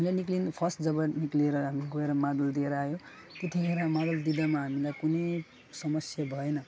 हामीलाई निक्लिनु फर्स्ट जब निक्लेर हामी गएर मादल दिएर आयो त्यतिखेर मादल दिँदामा हामीलाई कुनै समस्या भएन